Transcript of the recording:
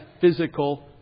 physical